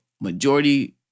majority